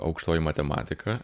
aukštoji matematika